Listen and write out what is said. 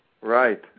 Right